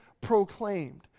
proclaimed